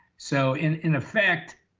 so in in effect,